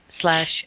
slash